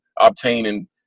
obtaining